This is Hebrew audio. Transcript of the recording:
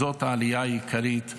זאת העלייה העיקרית.